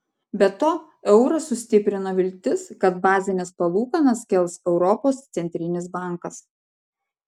be to eurą sustiprino viltis kad bazines palūkanas kels europos centrinis bankas